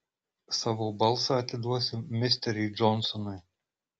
savo balsą atiduosiu misteriui džonsonui